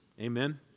Amen